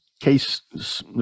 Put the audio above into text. case